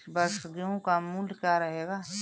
इस वर्ष गेहूँ का मूल्य क्या रहेगा?